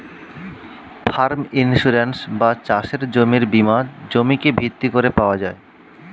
farm insurance বা চাষের জমির বীমা জমিকে ভিত্তি করে পাওয়া যায়